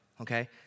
okay